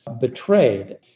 Betrayed